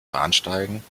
bahnsteigen